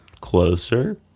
closer